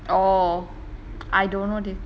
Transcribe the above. oh I don't know dey